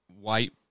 white